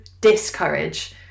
discourage